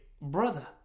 Brother